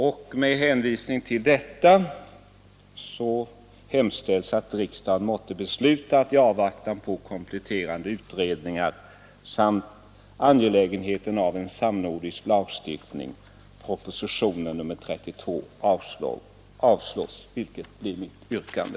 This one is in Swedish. Med hänvisning till vad som anförts hemställes att riksdagen måtte besluta att, i avvaktan på kompletterande utredningar samt på grund av angelägenheten av en samnordisk lagstiftning, avslå proposition 197332.” Detta blir också mitt yrkande.